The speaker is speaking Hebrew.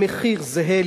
במחיר זהה,